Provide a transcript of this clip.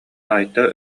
айта